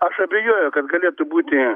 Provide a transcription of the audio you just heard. aš abejoju kad galėtų būti